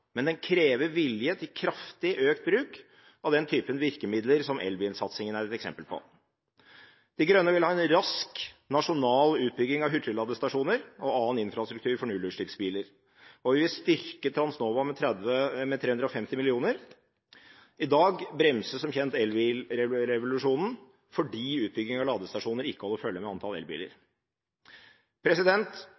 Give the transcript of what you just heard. Men den krever vilje til kraftig økt bruk av den typen virkemidler som elbilsatsingen er et eksempel på. Miljøpartiet De Grønne vil ha en rask nasjonal utbygging av hurtigladestasjoner og annen infrastruktur for nullutslippsbiler. Vi vil styrke Transnova med 350 mill. kr. I dag bremses – som kjent – elbilrevolusjonen fordi utbygging av ladestasjoner ikke holder følge med antall elbiler.